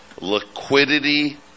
Liquidity